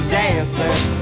dancing